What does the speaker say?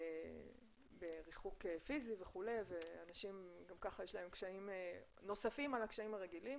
כשאנחנו בריחוק פיזי וכולי ולאנשים יש קשיים נוספים על הקשיים הרגילים